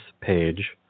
page